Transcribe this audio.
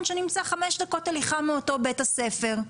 שנמצא חמש דקות הליכה מאותו בית ספר,